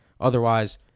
Otherwise